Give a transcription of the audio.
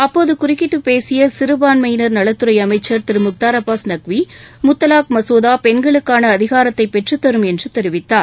அப்போது குறுக்கிட்டுப் பேசிய சிறுபான்மையினர் நலத்துறை அமைச்சர் திரு முக்தார் அப்பாஸ் நக்வி முத்தலாக் மசோதா பெண்களுக்கான அதிகாரத்தை பெற்றுத்தரும் என்று தெரிவித்தார்